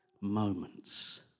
moments